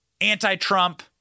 anti-Trump